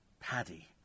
Paddy